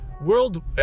World